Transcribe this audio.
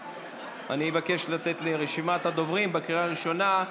אני מבקש לתת לי את רשימת הדוברים בקריאה הראשונה,